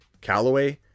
Callaway